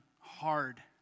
hard